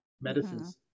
medicines